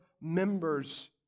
members